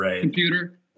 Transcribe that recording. computer